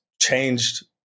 changed